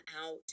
out